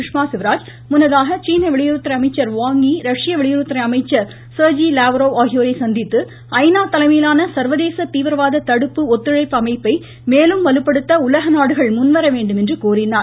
சுஷ்மா ஸ்வராஜ் முன்னதாக சீன வெளியுறவு அமைச்சர் வாங் இ ரஷ்ய வெளியுறவுத்துறை அமைச்சர் செர்ஜி லாவ்ரோவ் ஆகியோரை சந்தித்து ஐநா தலைமையிலான சர்வதேச தீவிரவாத தடுப்பு ஒத்துழைப்பு அமைப்பை மேலும் வலுப்படுத்த உலக நாடுகள் முன்வரவேண்டும் என்று கோரினார்